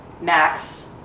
max